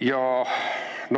Ja